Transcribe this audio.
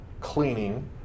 cleaning